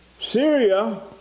Syria